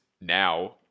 now